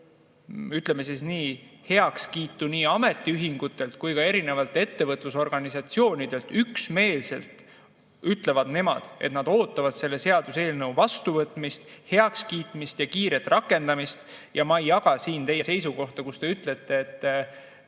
ütleme, heakskiitu nii ametiühingutelt kui ka ettevõtlusorganisatsioonidelt. Üksmeelselt ütlevad nemad, et nad ootavad selle seaduseelnõu vastuvõtmist, heaks kiitmist ja kiiret rakendamist. Ma ei jaga siin teie seisukohta, kus te ütlete, et